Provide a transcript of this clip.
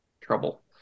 trouble